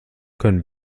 können